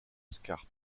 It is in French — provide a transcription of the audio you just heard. scarpe